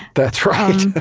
that's right.